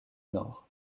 nord